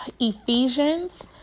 Ephesians